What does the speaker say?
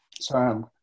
Sorry